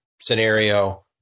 scenario